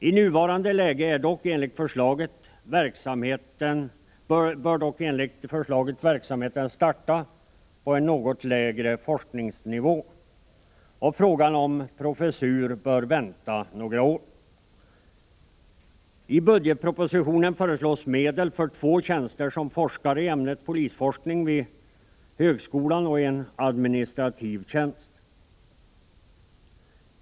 I nuvarande läge bör dock, enligt förslaget, verksamheten starta på en något lägre forskningsnivå, och frågan om en professur bör vänta några år. I budgetpropositionen föreslås medel för två tjänster som forskare i ämnet polisforskning vid högskolan samt en administrativ tjänst.